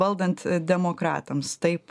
valdant demokratams taip